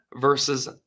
versus